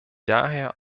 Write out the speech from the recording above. daher